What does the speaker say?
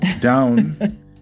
Down